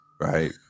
Right